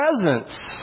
presence